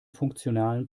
funktionalen